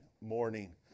morning